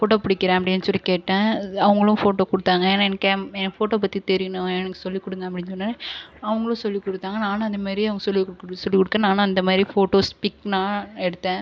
photo பிடிக்கிறேன் அப்படின்னு சொல்லிக் கேட்டேன் அவங்களும் ஃபோட்டோ கொடுத்தாங்க ஏன்னா எனக்கு கேம் எனக்கு ஃபோட்டோ பற்றி தெரியணும் எனக்குச் சொல்லிக் கொடுங்க அப்படின்னு சொன்னோடனே அவங்களும் சொல்லிக் கொடுத்தாங்க நானும் அந்தமாரி அவங்க சொல்லிக் கொடுக்க சொல்லிக் கொடுக்க நானும் அந்தமாதிரி ஃபோட்டோஸ் பிக் நான் எடுத்தேன்